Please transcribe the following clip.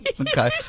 Okay